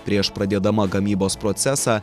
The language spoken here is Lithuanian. prieš pradėdama gamybos procesą